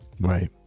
Right